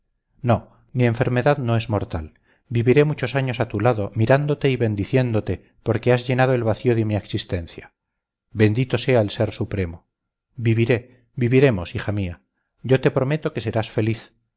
no mi enfermedad no es mortal viviré muchos años a tu lado mirándote y bendiciéndote porque has llenado el vacío de mi existencia bendito sea el ser supremo viviré viviremos hija mía yo te prometo que serás feliz